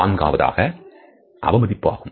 நான்காவதாக அவமதிப்பு ஆகும்